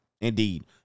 Indeed